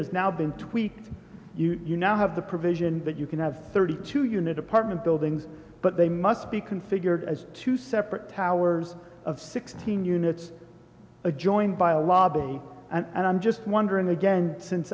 is now been tweaked you now have the provision that you can have thirty two unit apartment buildings but they must be configured as two separate towers of sixteen units a joined by a lobby and i'm just wondering again since